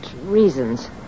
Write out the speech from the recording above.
reasons